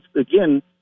Again